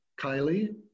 kylie